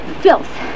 filth